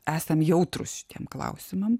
esam jautrūs šitiem klausimam